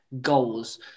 goals